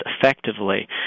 effectively